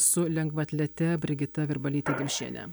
su lengvaatletė brigita virbalyte dimšiene